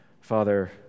Father